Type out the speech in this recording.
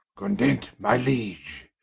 content, my liege?